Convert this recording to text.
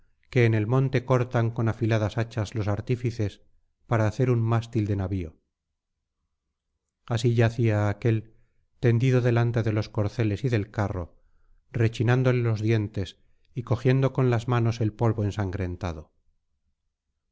que en el monte cortan con afiladas hachas los artífices para hacer un mástil de navio así yacía aquél tendido delante de los corceles y del carro rechinándole los dientes y cogiendo con las manos el polvo ensangrentado